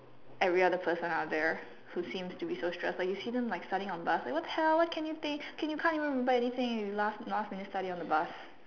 every other person out there who seems to be so stressed like you see them like studying on the bus like what the hell why can't you think can you can't even remember if you last last minute study on the bus